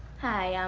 hi.